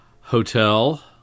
Hotel